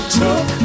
took